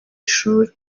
ishuri